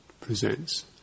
presents